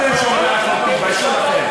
אתם, שומרי החוק, תתביישו לכם.